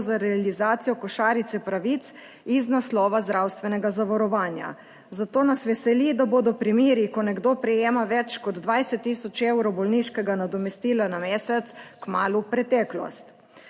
za realizacijo košarice pravic iz naslova zdravstvenega zavarovanja. Zato nas veseli, da bodo primeri, ko nekdo prejema več kot 20.000 evrov bolniškega nadomestila na mesec, kmalu preteklost.